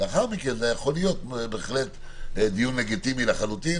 לאחר מכן זה יכול להיות בהחלט דיון לגיטימי לחלוטין,